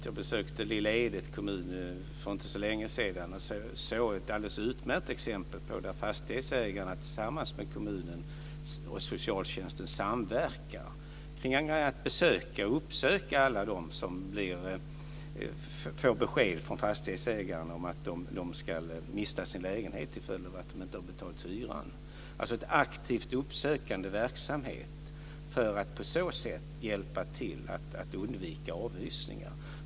Jag besökte Lilla Edets kommun för inte så länge sedan och såg ett alldeles utmärkt exempel på hur fastighetsägarna tillsammans med kommunen och socialtjänsten samverkar kring att uppsöka alla de som får besked från fastighetsägaren om att de ska mista sin lägenhet till följd av att de inte har betalt hyran. Det handlar om en aktivt uppsökande verksamhet för att på så sätt hjälpa till att undvika avhysningar.